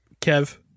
Kev